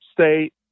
state